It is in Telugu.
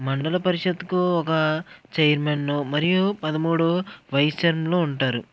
మండల పరిషత్కు ఒక చైర్మను మరియు పదమూడు వైసన్లు ఉంటారు